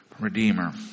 redeemer